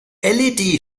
led